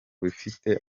bifite